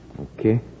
Okay